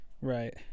Right